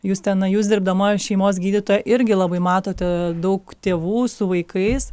juste na jūs dirbdama šeimos gydytoja irgi labai matote daug tėvų su vaikais